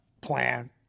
plan